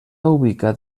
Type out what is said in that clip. ubicat